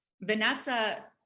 Vanessa